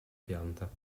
pianta